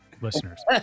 listeners